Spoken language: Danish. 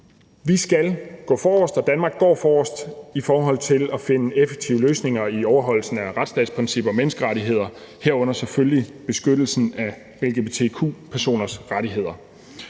Vi skal gå forrest, og Danmark går forrest, i forhold til at finde effektive løsninger i overholdelsen af retsstatsprincipper og menneskerettigheder, herunder selvfølgelig beskyttelsen af lgbtq-personers rettigheder.